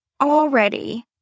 already